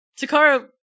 Takara